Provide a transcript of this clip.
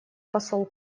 посол